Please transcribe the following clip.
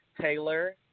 Taylor